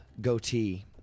goatee